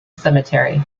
cemetery